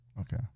Okay